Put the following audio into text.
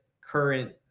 current